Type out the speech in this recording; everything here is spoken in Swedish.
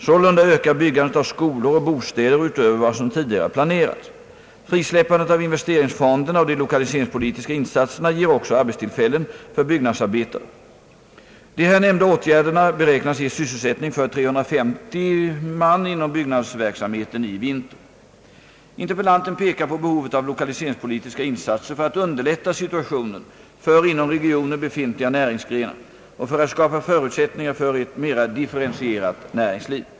Sålunda ökar byggandet av skolor och bostäder utöver vad som tidigare planerats. Frisläppandet av investeringsfonderna och de lokaliseringspolitiska insatserna ger också arbetstillfällen för byggnadsarbe tarna. De här nämnda åtgärderna beräknas ge sysselsättning för 350 man inom byggnadsverksamheten i vinter. Interpellanten pekar på behovet av lokaliseringspolitiska insatser för att underlätta situationen för inom regionen befintliga näringsgrenar och för att skapa förutsättningar för ett mera differentierat näringsliv.